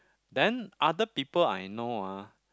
then other people I know ah